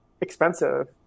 expensive